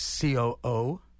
COO